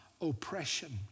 oppression